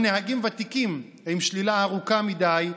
או נהגים ותיקים עם שלילה ארוכה מדי,